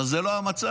אבל זה לא המצב.